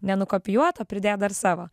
ne nukopijuot o pridėt dar savo